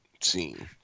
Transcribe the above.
scene